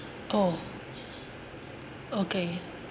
oh okay